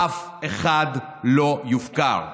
אף אחד לא יופקר.